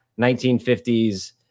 1950s